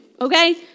okay